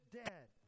dead